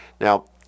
Now